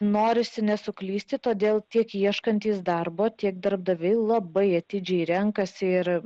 norisi nesuklysti todėl tiek ieškantys darbo tiek darbdaviai labai atidžiai renkasi ir